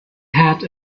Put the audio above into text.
had